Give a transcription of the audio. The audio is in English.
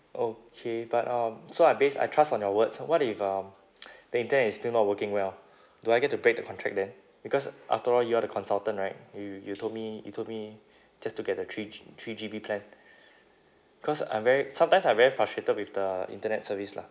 okay but um so I base I trust on your words what if um the internet is still not working well do I get to break the contract then because after all you are the consultant right you you told me you told me just to get the three G three G_B plan cause I'm very sometimes I'm very frustrated with the internet service lah